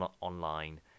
online